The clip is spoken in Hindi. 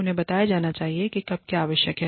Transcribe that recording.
उन्हें बताया जाना चाहिए कि कब क्या आवश्यक है